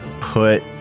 put